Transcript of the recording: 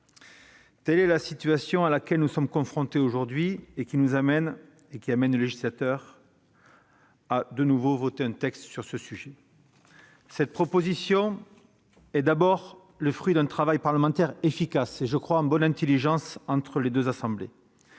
Telle est la situation à laquelle nous sommes confrontés aujourd'hui et qui amène le législateur à voter de nouveau un texte sur ce sujet. Cette proposition est d'abord le fruit d'un travail parlementaire efficace, réalisé en bonne intelligence entre les deux assemblées.